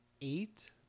eight